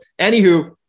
anywho